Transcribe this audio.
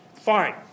fine